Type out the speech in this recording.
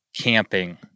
camping